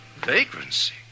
Vagrancy